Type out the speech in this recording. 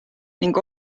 ning